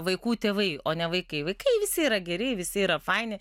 vaikų tėvai o ne vaikai vaikai visi yra geri visi yra faini